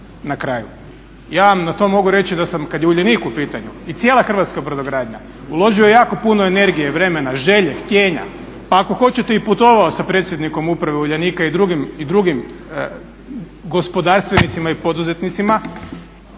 na kraju. Ja vam na to mogu reći da sam kada je Uljanik u pitanju i cijela hrvatska brodogradnja uložio jako puno energije, vremena, želje, htijenja pa ako hoćete i putovao sa predsjednikom uprave Uljanika i drugim gospodarstvenicima i poduzetnicima